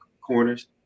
corners